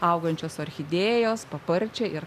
augančios orchidėjos paparčiai ir